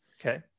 Okay